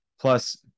Plus